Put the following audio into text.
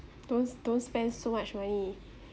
don't don't spend so much money